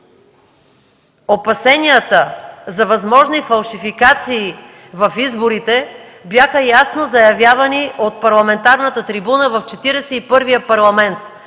Опасенията за възможни фалшификации в изборите бяха ясно заявявани от парламентарната трибуна в Четиридесет